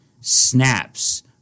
snaps